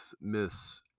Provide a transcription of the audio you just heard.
Miss